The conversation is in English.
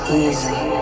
easy